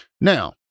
Now